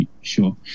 sure